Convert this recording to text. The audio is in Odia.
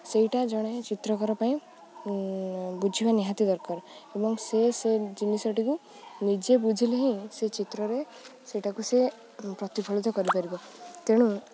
ସେଇଟା ଜଣେ ଚିତ୍ରକର ପାଇଁ ବୁଝିବା ନିହାତି ଦରକାର ଏବଂ ସେ ସେ ଜିନିଷଟିକୁ ନିଜେ ବୁଝିଲେ ହିଁ ସେ ଚିତ୍ରରେ ସେଟାକୁ ସେ ପ୍ରତିଫଳିତ କରିପାରିବ ତେଣୁ